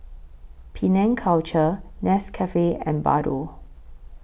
Penang Culture Nescafe and Bardot